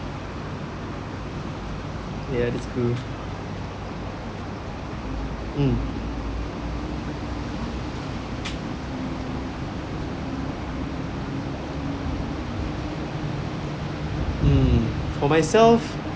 yeah it's good mm mm for myself